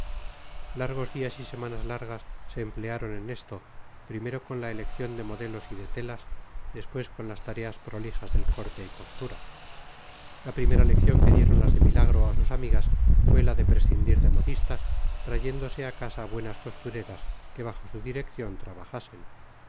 largos días y semanas largas se emplearon en esto primero con la elección de modelos y de telas después con las tareas prolijas del corte y costura la primera lección que dieron las de milagro a sus amigas fue la de prescindir de modistas trayéndose a casa buenas costureras que bajo su dirección trabajasen